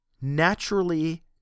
naturally